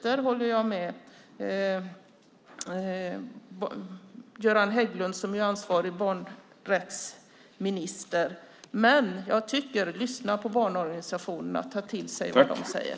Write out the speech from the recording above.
Där håller jag med Göran Hägglund som är ansvarig barnrättsminister. Men jag tycker att man ska lyssna på barnorganisationerna och ta till sig vad de säger.